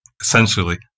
essentially